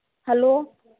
hello